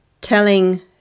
telling